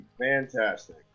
Fantastic